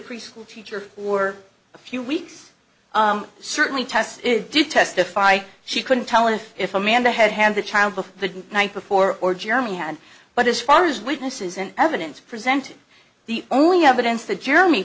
preschool teacher or a few weeks certainly test to testify she couldn't tell if if amanda had had the child before the night before or jeremy had but as far as witnesses and evidence presented the only evidence that jeremy